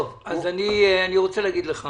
אני רוצה לומר לך